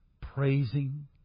praising